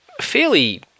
fairly